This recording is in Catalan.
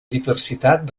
diversitat